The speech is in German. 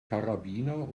karabiner